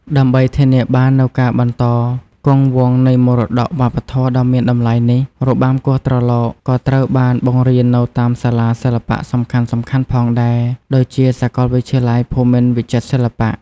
ដើម្បីធានាបាននូវការបន្តគង់វង្សនៃមរតកវប្បធម៌ដ៏មានតម្លៃនេះ របាំគោះត្រឡោកក៏ត្រូវបានបង្រៀននៅតាមសាលាសិល្បៈសំខាន់ៗផងដែរ ដូចជាសាកលវិទ្យាល័យភូមិន្ទវិចិត្រសិល្បៈ។